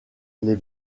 les